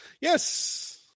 yes